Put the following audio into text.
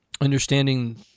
understanding